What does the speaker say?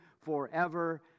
forever